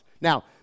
Now